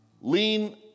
lean